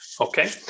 Okay